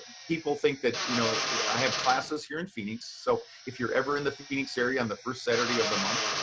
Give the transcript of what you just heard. people think that you know i have classes here in phoenix, so if you're ever in the phoenix area on the first saturday of the month.